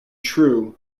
true